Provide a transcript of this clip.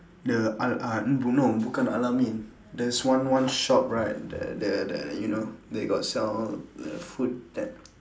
the al al no bukan al-ameen there's one one shop right that that that you know they got sell the food that